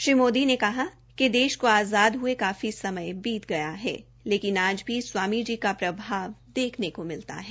श्री मोदी ने कहा कि देश को आज़ाद हये काफी समय बीत गया है लेकिन आज भी स्वामी जी का प्रभाव देखने को मिलता है